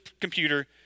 computer